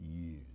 years